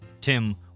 Tim